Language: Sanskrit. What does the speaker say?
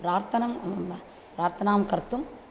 प्रार्थनां प्रार्थनां कर्तुम्